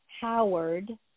Howard